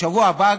בשבוע הבא,